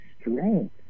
strength